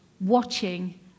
watching